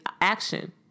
action